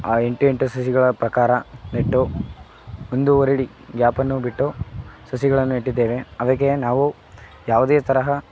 ಆ ಎಂಟು ಎಂಟು ಸಸಿಗಳ ಪ್ರಕಾರ ನೆಟ್ಟು ಒಂದುವರಡಿ ಗ್ಯಾಪ್ ಅನ್ನು ಬಿಟ್ಟು ಸಸಿಗಳನ್ನು ನೆಟ್ಟಿದ್ದೇನೆ ಅದಕ್ಕೆ ನಾವು ಯಾವುದೇ ತರಹ